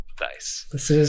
Nice